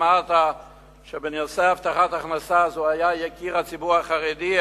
אמרת שבנושא הבטחת הכנסה הוא היה יקיר הציבור החרדי,